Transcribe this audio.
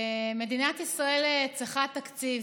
מדינת ישראל צריכה תקציב.